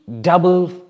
double